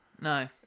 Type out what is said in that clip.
no